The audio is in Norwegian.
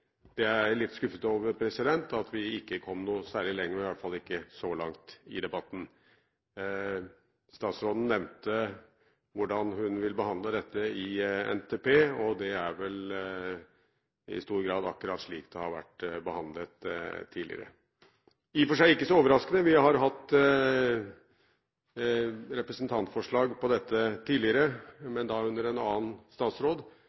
Det er jeg litt skuffet over at vi ikke kom noe særlig lenger med, i hvert fall ikke så langt i debatten. Statsråden nevnte hvordan hun vil behandle dette i NTP, og det er vel i stor grad akkurat slik det har vært behandlet tidligere. Det er i og for seg ikke overraskende, vi har hatt representantforslag om dette tidligere, men da under en annen statsråd,